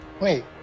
Wait